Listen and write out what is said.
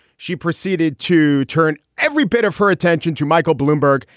she proceeded to turn every bit of her attention to michael bloomberg.